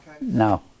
No